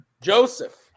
Joseph